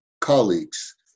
colleagues